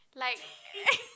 like